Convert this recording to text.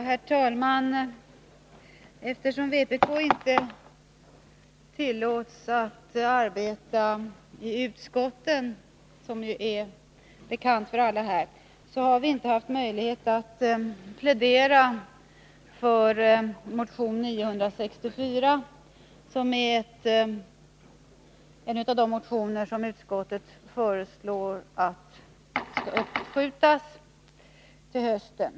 Herr talman! Eftersom vpk inte tillåts att arbeta i utskotten — ett förhållande som ju är bekant för alla här — har vi inte haft möjlighet att plädera för motion 964. Denna motion är en av dem vilkas behandling socialutskottet föreslår skall uppskjutas till hösten.